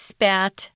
Spat